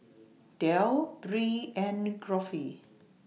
Del Bree and Geoffrey